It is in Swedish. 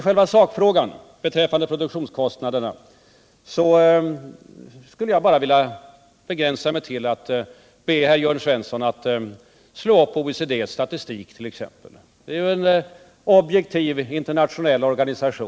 I frågan om produktionskostnaderna skulle jag vilja begränsa mig till att be herr Jörn Svensson att t.ex. slå upp OECD:s statistik. Det är en objektiv internationell organisation.